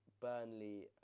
Burnley